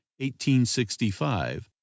1865